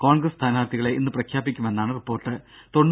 കോൺഗ്രസ് സ്ഥാനാർത്ഥികളെ ഇന്ന് പ്രഖ്യാപിക്കുമെന്നാണ് റിപ്പോർട്ട്